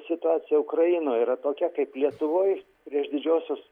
situacija ukrainoj yra tokia kaip lietuvoj prieš didžiosios